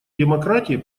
демократии